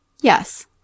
Yes